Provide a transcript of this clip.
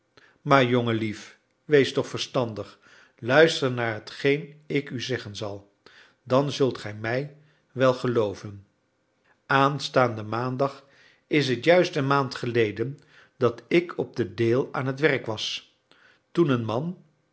maar jongenlief wees toch verstandig luister naar hetgeen ik u zeggen zal dan zult ge mij wel gelooven aanstaanden maandag is het juist een maand geleden dat ik op de deel aan t werk was toen een man